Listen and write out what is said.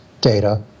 data